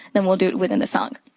then we'll do it within the song.